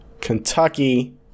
kentucky